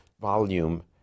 volume